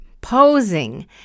posing